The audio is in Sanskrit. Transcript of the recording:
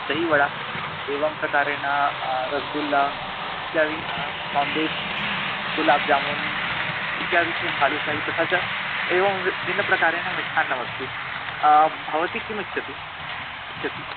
दहीवडा एवं प्रकारेण रसगुल्ला इत्यादि सोन्देश् गुलाब्जामून् इत्यादिषु भालूशाही तथा च एवं व् भिन्नप्रकारेण मिष्ठान्नमस्ति भवती किमिच्छति इच्छति